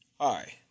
Hi